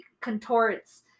contorts